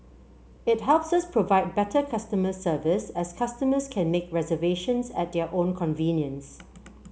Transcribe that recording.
it helps us provide better customer service as customers can make reservations at their own convenience